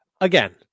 again